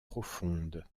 profonde